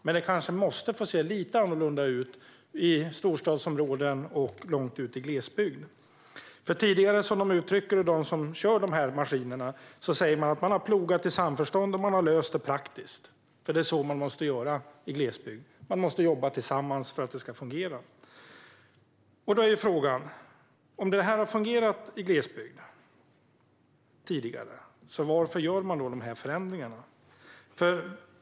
Men det kanske måste få se lite annorlunda ut i storstadsområden än långt ute i glesbygden. De som kör de här maskinerna säger att man tidigare har plogat i samförstånd och löst det praktiskt, för det är så man måste göra i glesbygd. Man måste jobba tillsammans för att det ska fungera. Då är frågan: Om det här har fungerat tidigare i glesbygd, varför gör man de här förändringarna?